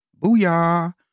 Booyah